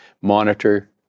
monitor